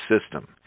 system